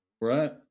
right